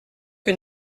que